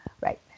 Right